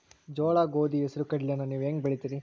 ಜೋಳ, ಗೋಧಿ, ಹೆಸರು, ಕಡ್ಲಿಯನ್ನ ನೇವು ಹೆಂಗ್ ಬೆಳಿತಿರಿ?